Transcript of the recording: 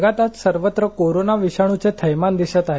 जगात आज सर्वत्र कोरोना विषाणूचे थैमान दिसत आहे